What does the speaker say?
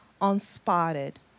unspotted